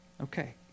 Okay